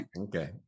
okay